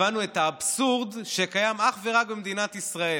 הבנו את האבסורד שקיים אך ורק במדינת ישראל.